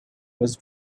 was